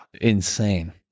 Insane